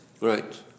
Right